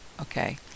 okay